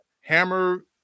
hammer